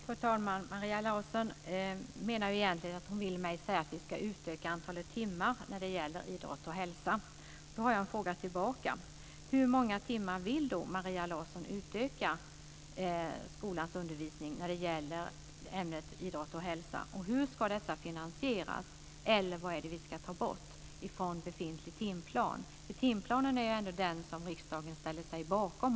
Fru talman! Maria Larsson vill egentligen säga att vi ska utöka antalet timmar för idrott och hälsa. Då har jag en fråga tillbaka. Hur många timmar vill Maria Larsson utöka skolans undervisning med i ämnet idrott och hälsa? Hur ska detta finansieras? Vad är det vi ska ta bort från befintlig timplan? Timplanen har ändå riksdagen ställt sig bakom.